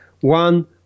One